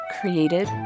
created